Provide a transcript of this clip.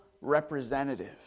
representative